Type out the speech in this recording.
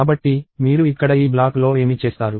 కాబట్టి మీరు ఇక్కడ ఈ బ్లాక్లో ఏమి చేస్తారు